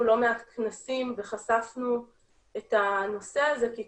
לא מעט כנסים וחשפנו את הנושא הזה כי,